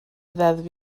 deddf